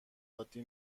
عادی